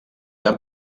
gran